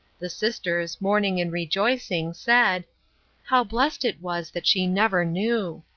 the sisters, mourning and rejoicing, said how blessed it was that she never knew!